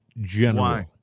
general